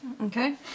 Okay